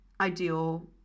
ideal